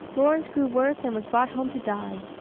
lawrence grew worse and was brought home to die.